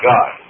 God